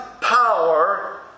power